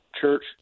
Church